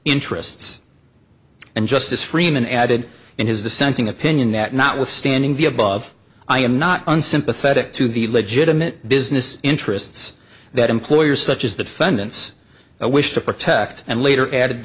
interests and justice freeman added in his dissenting opinion that notwithstanding the above i am not unsympathetic to the legitimate business interests that employers such as the defendants wish to protect and later added